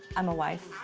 i'm a wife.